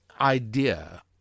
idea